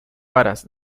varas